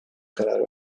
karar